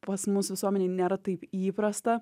pas mus visuomenėj nėra taip įprasta